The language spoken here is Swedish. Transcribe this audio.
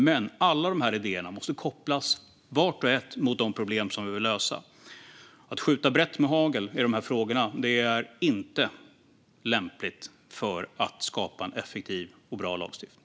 Men alla de här idéerna måste var och en kopplas mot de problem som vi vill lösa. Att skjuta brett med hagel i de här frågorna är inte lämpligt för att skapa en effektiv och bra lagstiftning.